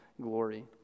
glory